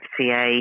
FCA